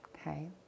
okay